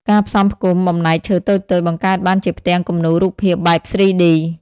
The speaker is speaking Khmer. ការផ្សំផ្គុំបំណែកឈើតូចៗ បង្កើតបានជាផ្ទាំងគំនូររូបភាពបែប 3D។